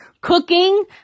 Cooking